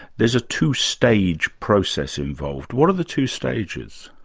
there's a two-stage process involved. what are the two stages?